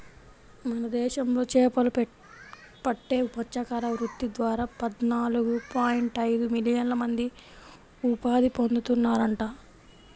మన దేశంలో చేపలు పట్టే మత్స్యకార వృత్తి ద్వారా పద్నాలుగు పాయింట్ ఐదు మిలియన్ల మంది ఉపాధి పొందుతున్నారంట